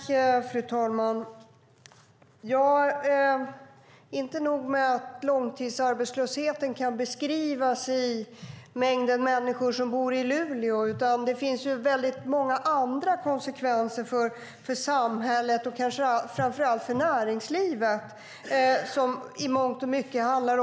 Fru talman! Det är inte nog med att långtidsarbetslösheten kan beskrivas med mängden människor som bor i Luleå. Det finns många andra konsekvenser för samhället, inte minst för näringslivet.